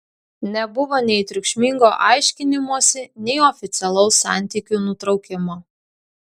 nebuvo nei triukšmingo aiškinimosi nei oficialaus santykių nutraukimo